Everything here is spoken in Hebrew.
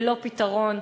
ללא פתרון,